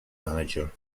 manager